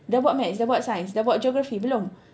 dah buat maths dah buat science dah buat geography belum